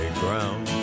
ground